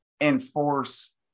enforce